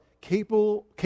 Capable